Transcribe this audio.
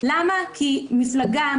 כי מפלגה,